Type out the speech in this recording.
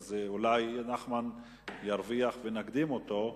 אז אולי חבר הכנסת נחמן שי ירוויח ונקדים אותו,